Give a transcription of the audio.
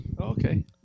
Okay